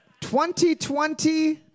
2020